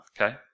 okay